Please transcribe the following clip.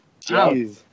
Jeez